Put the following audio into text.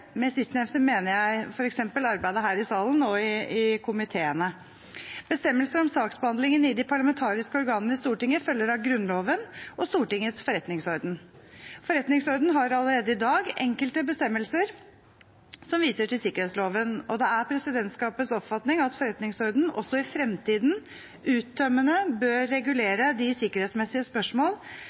Med sistnevnte mener jeg f.eks. arbeidet her i salen og i komiteene. Bestemmelsene om saksbehandlingen i de parlamentariske organene i Stortinget følger av Grunnloven og Stortingets forretningsorden. Forretningsordenen har allerede i dag enkelte bestemmelser som viser til sikkerhetsloven, og det er presidentskapets oppfatning at forretningsordenen også i fremtiden uttømmende bør regulere de sikkerhetsmessige spørsmål